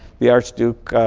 the arch duke,